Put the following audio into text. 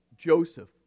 Joseph